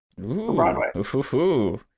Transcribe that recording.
broadway